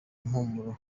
impumuro